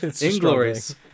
Inglorious